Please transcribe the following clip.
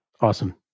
awesome